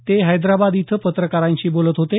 ते हैदराबाद इथं पत्रकारांशी बोलत होते